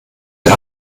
der